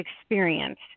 experience